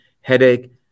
headache